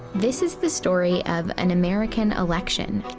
this is the story of an american election,